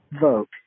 vote